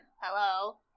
Hello